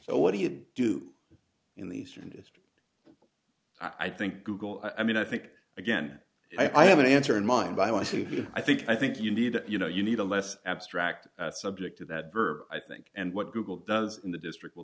so what do you do in the eastern district i think google i mean i think again i have an answer in mind but i want to i think i think you need to you know you need a less abstract subject to that verb i think and what google does in the district will